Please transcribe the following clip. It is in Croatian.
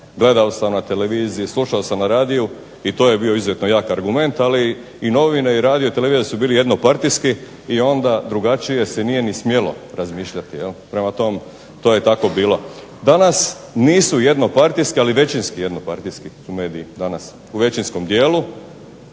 gledao sam na televiziji, slušao sam na radiju i to je bio izuzetno jak argument, ali i novine i radio i televizija su bili jednopartijski i onda drugačije se nije ni smjelo razmišljati. Prema tome, to je tako bilo. Danas nisu jednopartijske ali većinski jednopartijski su mediji danas u većinskom dijelu,